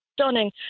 stunning